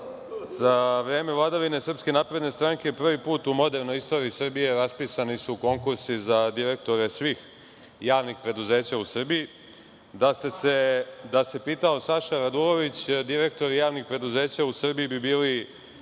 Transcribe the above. za vreme vladavine SNS, prvi put u modernoj istoriji Srbije raspisani su konkursi za direktore svih javnih preduzeća u Srbiji, da se pitao Saša Radulović, direktori javnih preduzeća u Srbiji bi bili